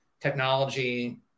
technology